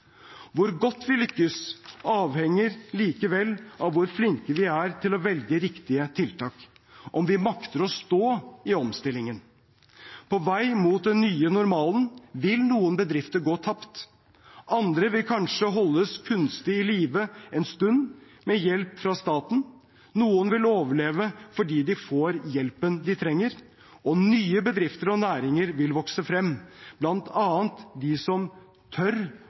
Hvor godt vi lykkes, avhenger likevel av hvor flinke vi er til å velge riktige tiltak, og om vi makter å stå i omstillingen. På vei mot den nye normalen vil noen bedrifter gå tapt. Andre vil kanskje holdes kunstig i live en stund, med hjelp fra staten. Noen vil overleve fordi de får hjelpen de trenger. Og nye bedrifter og næringer vil vokse frem, bl.a. de som tør